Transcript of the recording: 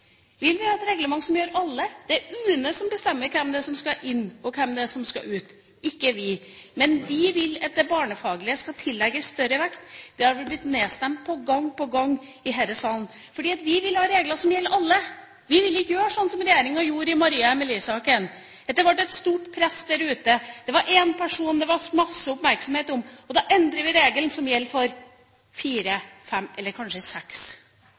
vil ha et reglement som gjelder alle. Det er UNE som bestemmer hvem det er som skal inn, og hvem det er som skal ut, ikke vi. Men vi vil at det barnefaglige skal tillegges større vekt. Det har vi blitt nedstemt på gang på gang i denne salen. Vi vil ha regler som gjelder alle. Vi vil ikke gjøre sånn som regjeringa gjorde i Maria Amelie-saken, da det var et stort press der ute, det var én person som det var masse oppmerksomhet om – da endrer man reglene som gjelder for fire–fem eller kanskje seks.